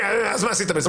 אז מה עשית בזה?